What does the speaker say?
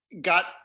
got